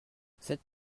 cette